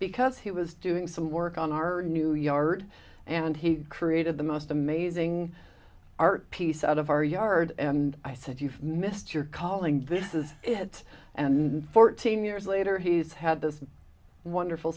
because he was doing some work on our new yard and he created the most amazing art piece out of our yard and i said you've missed your calling this is it and fourteen years later he's had this wonderful